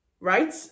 right